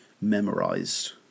memorized